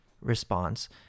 response